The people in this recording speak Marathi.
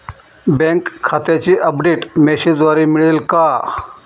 बँक खात्याचे अपडेट मेसेजद्वारे मिळेल का?